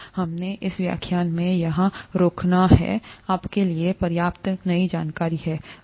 हमें इस व्याख्यान को यहाँ रोकना है आपके लिए पर्याप्त नई जानकारी है